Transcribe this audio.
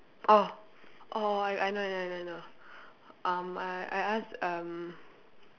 orh orh I I know I know I know um I I asked um